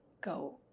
go